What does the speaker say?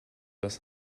das